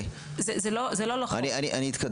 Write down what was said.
אוקיי.